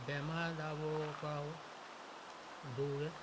বেমাৰ আজাৰবোৰৰ পৰাও দৌৰে